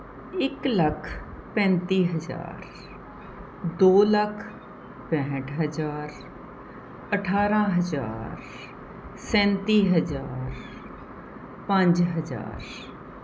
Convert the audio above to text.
ਇੱਕ ਲੱਖ ਪੈਂਤੀ ਹਜ਼ਾਰ ਦੋ ਲੱਖ ਪੈਂਹਠ ਹਜ਼ਾਰ ਅਠਾਰ੍ਹਾਂ ਹਜ਼ਾਰ ਸੈਂਤੀ ਹਜ਼ਾਰ ਪੰਜ ਹਜ਼ਾਰ